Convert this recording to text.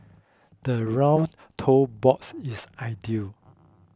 the rounded toe box is ideal